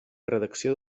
redacció